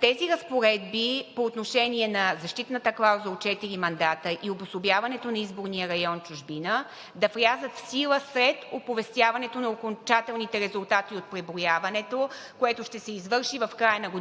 тези разпоредби по отношение на защитната клауза от четири мандата и обособяването на изборни район в чужбина да влязат в сила след оповестяването на окончателните резултати от преброяването, което ще се извърши в края на годината